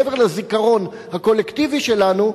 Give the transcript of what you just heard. מעבר לזיכרון הקולקטיבי שלנו,